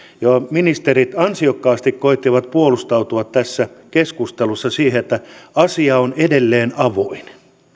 siihen kun ministerit ansiokkaasti koettivat puolustautua tässä keskustelussa sillä että asia on edelleen avoin